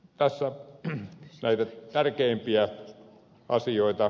tässä näitä tärkeimpiä asioita